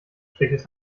schickes